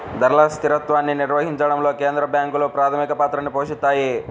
ధరల స్థిరత్వాన్ని నిర్వహించడంలో కేంద్ర బ్యాంకులు ప్రాథమిక పాత్రని పోషిత్తాయి